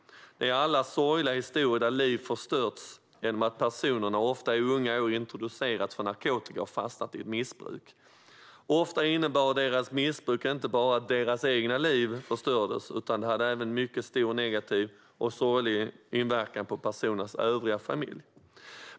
Det är sorgliga historier, där liv har förstörts genom att personerna ofta är unga när de har introducerats till narkotika och fastnat i ett missbruk. Ofta innebar dessa personers missbruk inte bara att deras egna liv förstördes, utan det hade även mycket stor negativ och sorglig inverkan på personernas familjer.